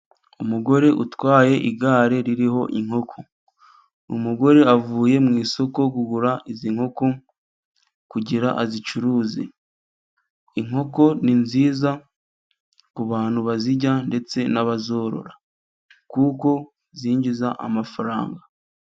Umugore utwaye igare ririho inkoko, umugore avuye mu isoko, kugura izi nkoko kugira ngo azicuruze, inkoko ni nziza kubantu bazirya ndetse n'abazorora, kuko zinjiza amafaranga.